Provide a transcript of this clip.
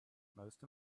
most